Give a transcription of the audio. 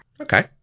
okay